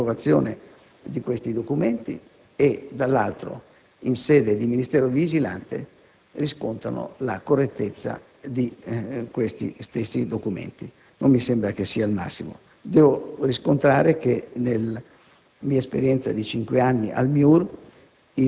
nel consiglio d'amministrazione partecipano all'approvazione di questi documenti e, dall'altro, in sede di Ministero vigilante, riscontrano la correttezza degli stessi. Non mi sembra che sia il massimo. Devo riscontrare che, nella